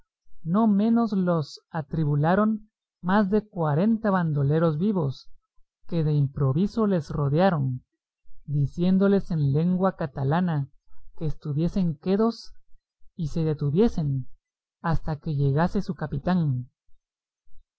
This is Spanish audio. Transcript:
no menos los atribularon más de cuarenta bandoleros vivos que de improviso les rodearon diciéndoles en lengua catalana que estuviesen quedos y se detuviesen hasta que llegase su capitán